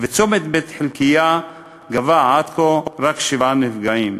וצומת בית-חלקיה גבה עד כה רק שבעה נפגעים.